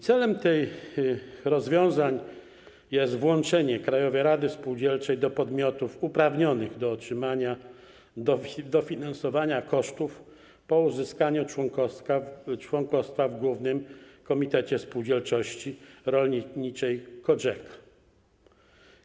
Celem tych rozwiązań jest włączenie Krajowej Rady Spółdzielczej do podmiotów uprawnionych do otrzymania dofinansowania kosztów po uzyskaniu członkostwa w Głównym Komitecie Spółdzielczości Rolniczej COGECA.